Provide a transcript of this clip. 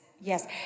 yes